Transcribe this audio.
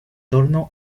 torno